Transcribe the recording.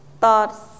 thoughts